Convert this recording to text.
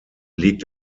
liegt